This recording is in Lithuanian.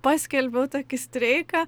paskelbiau tokį streiką